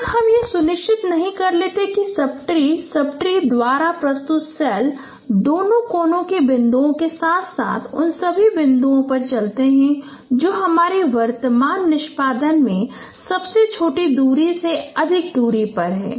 जब तक हम यह सुनिश्चित नहीं कर लेते हैं कि सब ट्री सब ट्री द्वारा प्रस्तुत सेल दोनों कोने के बिंदुओं के साथ साथ उन सभी बिंदुओं पर चलते हैं जो हमारे वर्तमान निष्पादन में सबसे छोटी दूरी से अधिक दूरी पर हैं